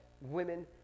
women